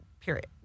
period